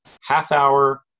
half-hour